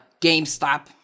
GameStop